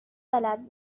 بلد